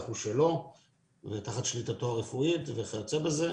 הוא שלו תחת שליטתו הרפואית וכיוצא בזה.